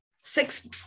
Six